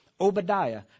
Obadiah